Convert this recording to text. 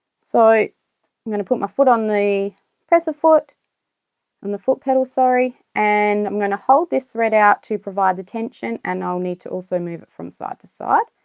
so i'm going to put my foot on the presser foot on the foot pedal sorry and i'm going to hold this thread out to provide the tension and i'll need to also move it from side to side